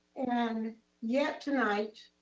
and yet tonight,